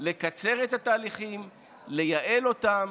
לקצר את התהליכים, לייעל אותם,